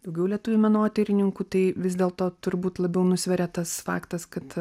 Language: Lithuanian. daugiau lietuvių menotyrininkų tai vis dėl to turbūt labiau nusveria tas faktas kad